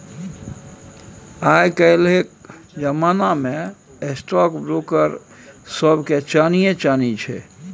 आय काल्हिक जमाना मे स्टॉक ब्रोकर सभके चानिये चानी छै